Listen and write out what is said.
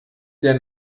der